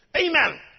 Amen